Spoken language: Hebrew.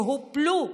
שהופלו,